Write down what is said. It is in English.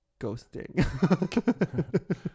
ghosting